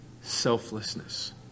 selflessness